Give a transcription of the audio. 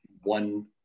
one